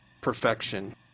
perfection